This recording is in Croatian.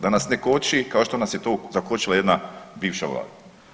Da nas ne koči kao što nas je to zakočila jedna bivša vlada.